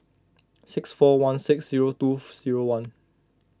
six four one six zero two zeroone